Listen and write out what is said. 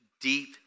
deep